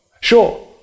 sure